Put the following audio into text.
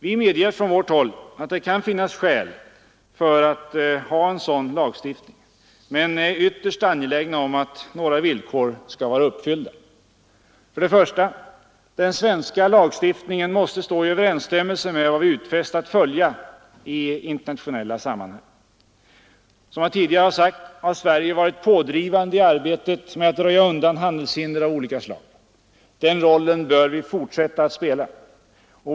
Vi medger att det kan finnas skäl att ha en sådan lagstiftning, men vi är ytterst angelägna om att några villkor skall vara uppfyllda. 1. Den svenska lagstiftningen måste stå i överensstämmelse med vad vi utfäst oss att följa i internationella sammanhang. Som jag tidigare har sagt har Sverige varit pådrivande i arbetet med att röja undan handelshinder av olika slag. Den rollen bör vi fortsätta att spela.